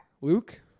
Luke